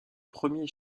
premier